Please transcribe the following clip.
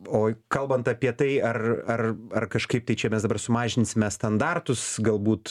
o kalbant apie tai ar ar ar kažkaip tai čia mes dabar sumažinsime standartus galbūt